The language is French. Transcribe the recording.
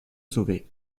sauver